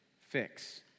fix